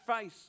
face